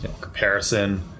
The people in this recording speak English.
comparison